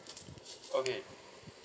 okay